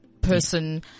person